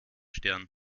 stern